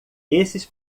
esses